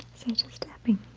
such as tapping.